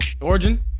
Origin